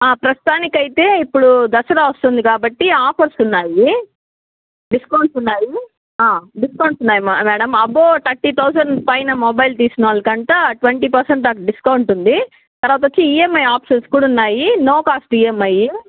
ప్రస్తుతానికి అయితే ఇప్పుడు దసరా వస్తుంది కాబట్టి ఆఫర్స్ ఉన్నవి డిస్కౌంట్స్ ఉన్నాయి డిస్కౌంట్స్ ఉన్నాయి మేడం అబ్బో థర్టీ థౌసండ్ పైన మొబైల్ తీసినోళ్ళకి అంటా ట్వంటీ పెర్సెంట్ దాకా డిస్కౌంట్ ఉంది తరువాత వచ్చి ఈఎంఐ ఆప్షన్స్ కూడా ఉన్నాయి నో కాస్ట్ ఈఎంఐ